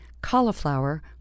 cauliflower